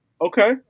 Okay